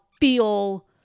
feel